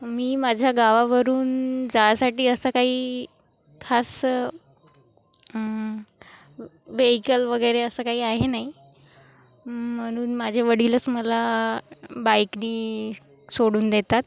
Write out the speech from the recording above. मी माझ्या गावावरून जायसाठी असं काही खास व्हेइकल वगैरे असं काही आहे नाही म्हणून माझे वडीलच मला बाईकने सोडून देतात